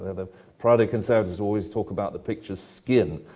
ah the prado conservators always talk about the picture's skin,